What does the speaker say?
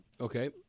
okay